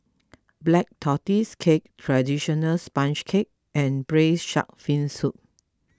Black Tortoise Cake Traditional Sponge Cake and Braised Shark Fin Soup